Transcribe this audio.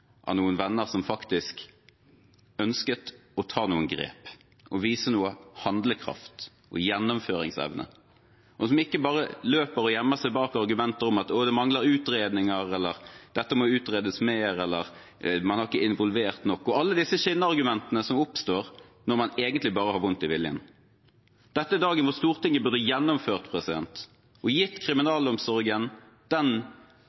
av noen venner som faktisk ønsket å ta noen grep, vise noe handlekraft og gjennomføringsevne, og som ikke bare løper og gjemmer seg bak argumenter om at det mangler utredninger, at dette må utredes mer, eller at man ikke har involvert nok – alle disse skinnargumentene som oppstår når man egentlig bare har vondt i viljen. Dette er dagen hvor Stortinget burde gjennomført og gitt kriminalomsorgen den